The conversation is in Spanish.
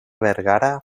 vergara